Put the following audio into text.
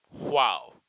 Wow